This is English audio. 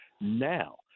Now